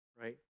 right